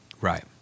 Right